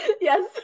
yes